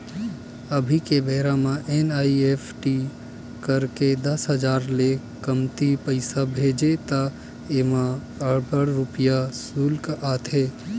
अभी के बेरा म एन.इ.एफ.टी करके दस हजार ले कमती पइसा भेजबे त एमा अढ़हइ रूपिया सुल्क लागथे